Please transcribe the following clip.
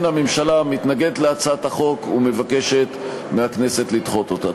לכן הממשלה מתנגדת להצעת החוק ומבקשת מהכנסת לדחות אותה.